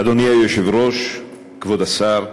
אדוני היושב-ראש, כבוד השר,